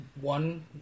one